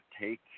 take